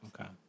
Okay